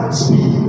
speed